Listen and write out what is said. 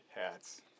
hats